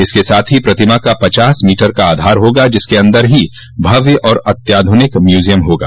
इसके साथ ही प्रतिमा का पचास मीटर का आधार होगा जिसके अन्दर ही भव्य और अत्याध्रनिक म्यूजियम होगा